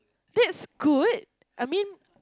that's good I mean